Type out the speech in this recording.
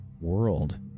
world